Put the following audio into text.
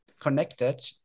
connected